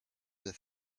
the